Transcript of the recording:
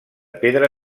pedra